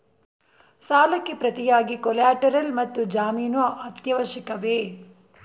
ಸಾಲಕ್ಕೆ ಪ್ರತಿಯಾಗಿ ಕೊಲ್ಯಾಟರಲ್ ಮತ್ತು ಜಾಮೀನು ಅತ್ಯವಶ್ಯಕವೇ?